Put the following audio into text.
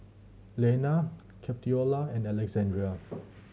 Leanna Capitola and Alexandrea